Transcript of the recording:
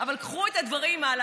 אבל קחו את הדברים הלאה,